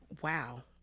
wow